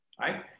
Right